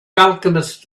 alchemist